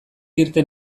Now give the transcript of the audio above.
irten